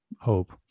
hope